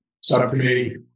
subcommittee